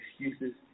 excuses